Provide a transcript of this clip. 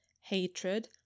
hatred